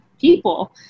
people